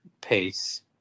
pace